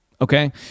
okay